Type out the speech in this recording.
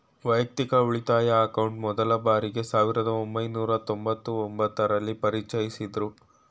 ವೈಯಕ್ತಿಕ ಉಳಿತಾಯ ಅಕೌಂಟ್ ಮೊದ್ಲ ಬಾರಿಗೆ ಸಾವಿರದ ಒಂಬೈನೂರ ತೊಂಬತ್ತು ಒಂಬತ್ತು ರಲ್ಲಿ ಪರಿಚಯಿಸಿದ್ದ್ರು